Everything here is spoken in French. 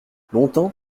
longtemps